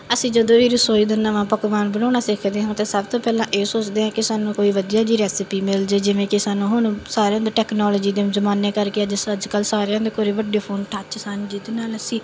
ਅਸੀਂ ਜਦੋਂ ਵੀ ਰਸੋਈ ਦਾ ਨਵਾਂ ਪਕਵਾਨ ਬਣਾਉਣਾ ਸਿੱਖਦੇ ਹਾਂ ਤਾਂ ਸਭ ਤੋਂ ਪਹਿਲਾਂ ਇਹ ਸੋਚਦੇ ਹਾਂ ਕਿ ਸਾਨੂੰ ਕੋਈ ਵਧੀਆ ਜਿਹੀ ਰੈਸਪੀ ਮਿਲ ਜਾਵੇ ਜਿਵੇਂ ਕਿ ਸਾਨੂੰ ਹੁਣ ਸਾਰਿਆਂ ਦੇ ਟੈਕਨੋਲੋਜੀ ਦੇ ਜ਼ਮਾਨੇ ਕਰਕੇ ਜਿਸ ਤਰ੍ਹਾਂ ਅੱਜ ਕੱਲ੍ਹ ਸਾਰਿਆਂ ਦੇ ਕੋਲ ਵੱਡੇ ਫੋਨ ਟੱਚ ਸਨ ਜਿਹਦੇ ਨਾਲ ਅਸੀਂ